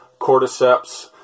cordyceps